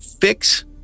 fix